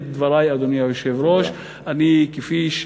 אדוני היושב-ראש, אני מסיים את דברי.